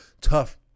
tough